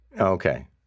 Okay